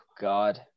God